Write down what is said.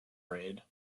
raid